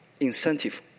incentive